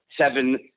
Seven